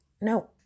No